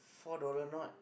four dollar not